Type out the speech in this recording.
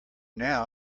now